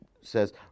says